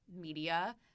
media